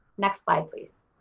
next slide please.